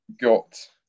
got